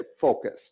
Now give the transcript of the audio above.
focused